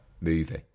movie